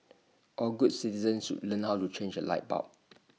all good citizens should learn how to change A light bulb